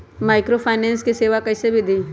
Microfinance के सेवा कइसे विधि?